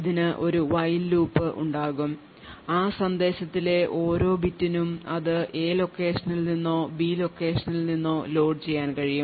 ഇതിന് ഒരു while loop ഉണ്ടാകും ആ സന്ദേശത്തിലെ ഓരോ ബിറ്റിനും അത് A ലൊക്കേഷനിൽ നിന്നോ B ലൊക്കേഷനിൽ നിന്നോ ലോഡുചെയ്യാൻ കഴിയും